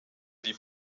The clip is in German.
die